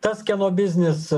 tas kieno biznis